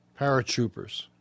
paratroopers